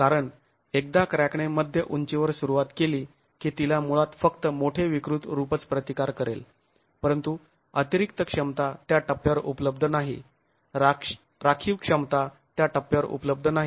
कारण एकदा क्रॅकने मध्य उंचीवर सुरुवात केली की तिला मुळात फक्त मोठे विकृत रूपच प्रतिकार करेल परंतु अतिरिक्त क्षमता त्या टप्प्यावर उपलब्ध नाही राखीव क्षमता त्या टप्प्यावर उपलब्ध नाही